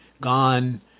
gone